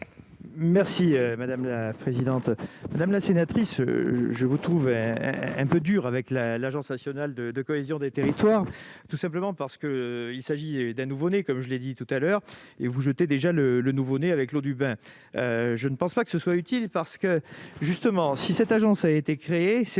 secrétaire d'État. Madame la sénatrice, je vous trouve un peu dure avec l'Agence nationale de la cohésion des territoires, tout simplement parce qu'il s'agit d'un nouveau-né, comme je l'ai dit ; et vous jetez déjà ce nouveau-né avec l'eau du bain ... Je ne pense pas que ce soit utile. Justement, si cette agence a été créée, c'est